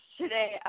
today